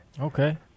Okay